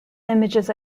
images